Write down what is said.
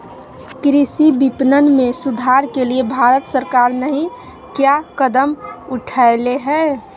कृषि विपणन में सुधार के लिए भारत सरकार नहीं क्या कदम उठैले हैय?